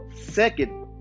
second